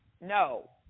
No